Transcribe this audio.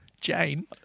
Jane